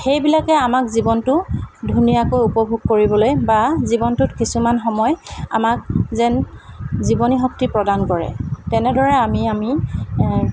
সেইবিলাকে আমাক জীৱনটো ধুনীয়াকৈ উপভোগ কৰিবলৈ বা জীৱনটোত কিছুমান সময় আমাক যেন জীৱনী শক্তি প্ৰদান কৰে তেনেদৰে আমি আমি